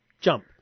jump